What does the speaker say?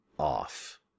off